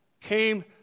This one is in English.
came